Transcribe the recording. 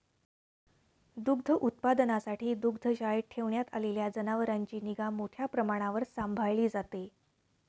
दुग्धोत्पादनासाठी दुग्धशाळेत ठेवण्यात आलेल्या जनावरांची निगा मोठ्या प्रमाणावर सांभाळली जाते